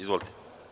Izvolite.